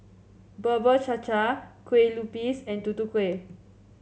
Bubur Cha Cha Kue Lupis and Tutu Kueh